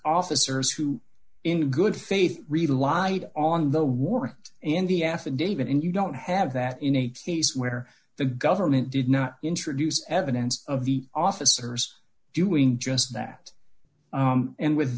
officers who in good faith rely on the war in the affidavit and you don't have that in a piece where the government did not introduce evidence of the officers doing just that and with